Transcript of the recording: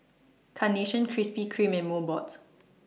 Carnation Krispy Kreme and Mobot